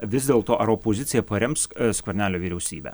vis dėlto ar opozicija parems skvernelio vyriausybę